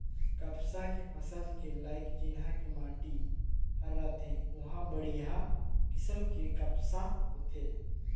कपसा के फसल के लाइक जिन्हा के माटी हर रथे उंहा बड़िहा किसम के कपसा होथे